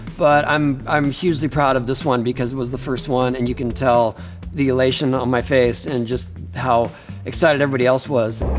but i'm i'm hugely proud of this one because it was the first one, and you can tell the elation on my face and just how excited everybody else was.